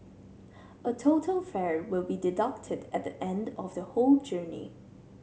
a total fare will be deducted at the end of the whole journey